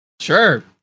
Sure